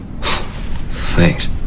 Thanks